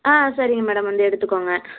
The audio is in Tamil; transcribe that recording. ஆ சரிங்க மேடம் வந்து எடுத்துக்கங்க